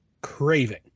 craving